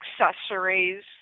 accessories